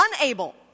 unable